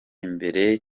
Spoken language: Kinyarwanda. imbere